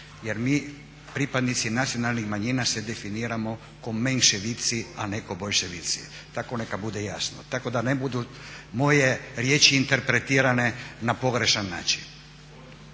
jer mi pripadnici nacionalnih manjina se definiramo ko menjševici a ko boljševici. Tako neka bude jasno. Tako da ne budu moje riječi interpretirane na pogrešan način.